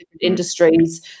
industries